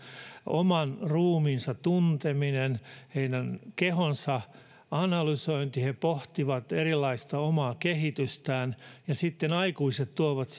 oman ruumiinsa tunteminen heidän kehonsa analysointi he pohtivat erilaista omaa kehitystään ja sitten aikuiset tuovat